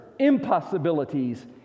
impossibilities